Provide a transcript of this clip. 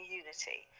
unity